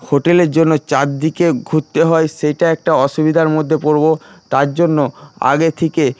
হোটেলের জন্য চারিদিকে ঘুরতে হয় সেইটা একটা অসুবিধার মধ্যে পড়ব তার জন্য আগে থেকে